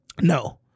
No